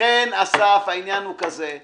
לכן, אסף, העניין הוא כזה: